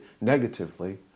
negatively